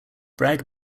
bragg